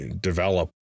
develop